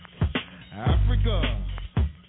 Africa